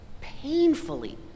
painfully